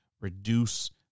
reduce